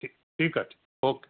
ठीकु आहे ठीकु आहे ओके